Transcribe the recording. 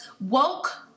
woke